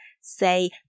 say